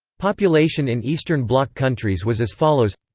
population in eastern bloc countries was as follows